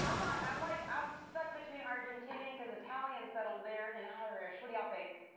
i'm like, i'm like, i'm stuck between argentinian, because italians settled there and irish. what do y'all think?